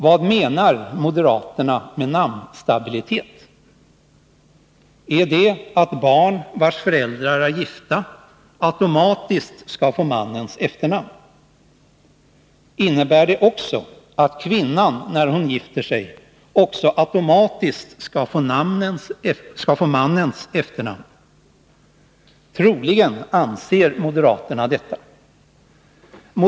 Vad menar moderaterna med namnstabilitet? Är det att barn, vars föräldrar är gifta, automatiskt skall få mannens efternamn? Är det att kvinnan, när hon gifter sig, också automatiskt skall få mannens efternamn? Troligen anser moderaterna detta.